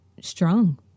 strong